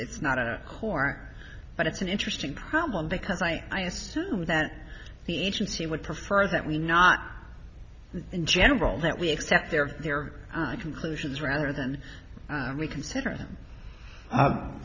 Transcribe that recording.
it's not a whore but it's an interesting problem because i assume that the agency would prefer that we not in general that we accept their their conclusions rather than we consider